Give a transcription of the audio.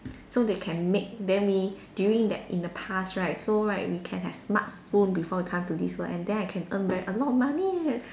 so they can make then we during that in the past right so right we can have smartphone before we come to this world and then I can earn back a lot of money eh